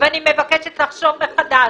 אני מבקשת לחשוב מחדש.